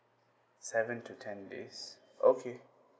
seven to ten days okay